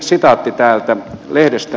sitaatti täältä lehdestä